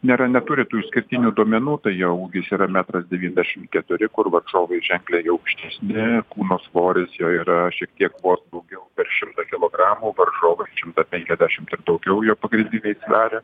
nėra neturi tų išskirtinių duomenų tai jo ūgis yra metras devyndešim keturi kur varžovai ženkliai aukštesni kūno svoris jo yra šiek tiek daugiau per šimtą kilogramų varžovai šimtą penkiasdešim daugiau jo pagrindiniai sveria